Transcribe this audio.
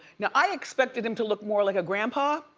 now i expected him to look more like a grandpa,